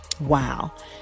Wow